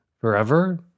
forever